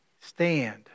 stand